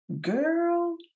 girl